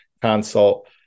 consult